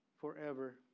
forever